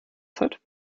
zeit